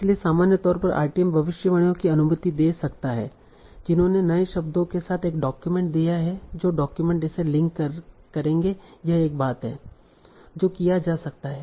इसलिए सामान्य तौर पर RTM भविष्यवाणियों की अनुमति दे सकता है जिन्होंने नए शब्दों के साथ एक डॉक्यूमेंट दिया है जो डॉक्यूमेंट इसे लिंक करेंगे यह एक बात है जो किया जा सकता है